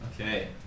Okay